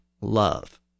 love